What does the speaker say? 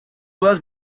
was